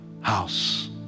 house